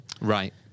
Right